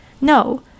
No